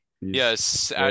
Yes